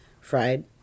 fried